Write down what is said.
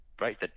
right